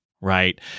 right